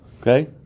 Okay